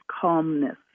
calmness